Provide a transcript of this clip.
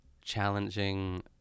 challenging